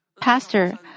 Pastor